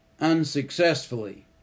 unsuccessfully